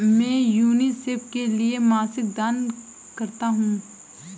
मैं यूनिसेफ के लिए मासिक दान करता हूं